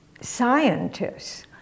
scientists